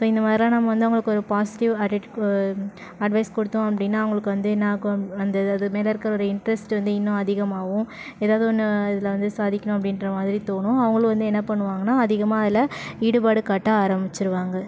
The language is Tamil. ஸோ இந்தமாதிரிலான் நம்ம வந்து அவர்களுக்கு ஒரு பாசிட்டிவ் அடிட் அட்வைஸ் கொடுத்தோம் அப்படினா அவர்களுக்கு வந்து என்ன ஆகும் அந்த அதுமேல் இருக்கிற ஒரு இன்ட்ரஸ்ட் வந்து இன்னும் அதிகமாகும் ஏதாவது ஒன்று இதில் வந்து சாதிக்கணும் அப்படின்ற மாதிரி தோணும் அவர்களும் வந்து என்ன பண்ணுவாங்கன்னா அதிகமாக அதில் ஈடுபாடு காட்ட ஆரமிச்சுருவாங்க